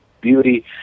beauty